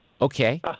Okay